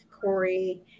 Corey